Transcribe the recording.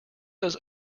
does